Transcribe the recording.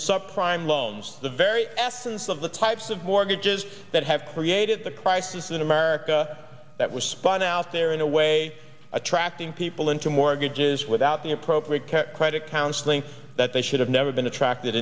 sub prime loans the very essence of the types of mortgages that have created the crisis in america that was spun out there in a way attracting people into mortgages without the appropriate credit counseling that they should have never been attracted